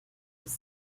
make